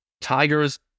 Tigers